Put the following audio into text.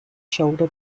shoulder